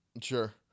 Sure